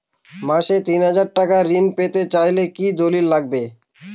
মাসে তিন হাজার টাকা ঋণ পেতে চাইলে কি দলিল লাগবে?